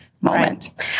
moment